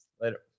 Later